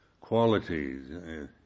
qualities